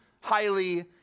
highly